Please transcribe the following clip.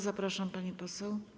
Zapraszam, pani poseł.